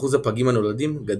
אחוז הפגים הנולדים גדל.